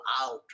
out